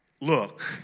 look